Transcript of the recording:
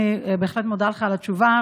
אני בהחלט מודה לך על התשובה,